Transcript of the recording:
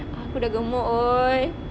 aku dah gemuk !oi!